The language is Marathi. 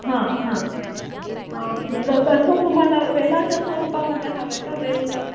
हां हां कसं तुम्हाला वेलाच्या स्वरूपामध्ये हवं आहे का वेल